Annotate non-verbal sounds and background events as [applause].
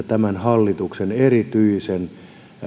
[unintelligible] tämän hallituksen erityisen